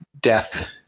death